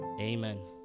Amen